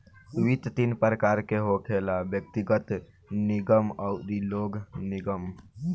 वित्त तीन प्रकार के होखेला व्यग्तिगत, निगम अउरी लोक निगम